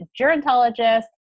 gerontologist